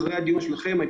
אחרי הדיון שלכם,